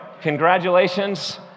Congratulations